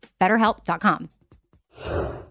betterhelp.com